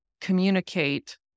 communicate